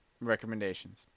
Recommendations